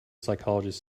psychologist